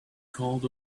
called